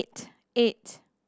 eight eight